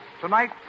Tonight